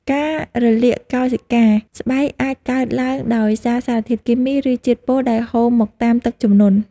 ការរលាកកោសិកាស្បែកអាចកើតឡើងដោយសារសារធាតុគីមី ឬជាតិពុលដែលហូរមកតាមទឹកជំនន់។